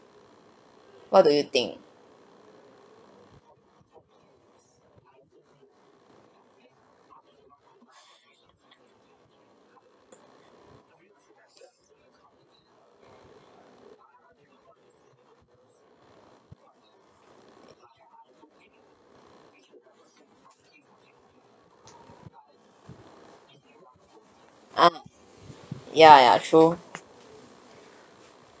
what do you think mm ya ya true